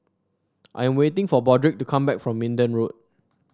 I am waiting for Broderick to come back from Minden Road